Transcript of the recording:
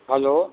hello